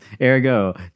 Ergo